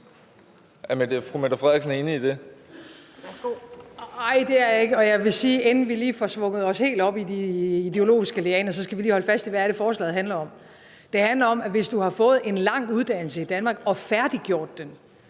10:36 Mette Frederiksen (S): Nej, det er jeg ikke, og jeg vil lige, inden vi svinger os helt op i de ideologiske lianer, sige, at vi lige skal holde fast i, hvad det er, forslaget handler om. Det handler om, at hvis du har fået en lang uddannelse i Danmark og færdiggjort den,